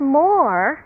more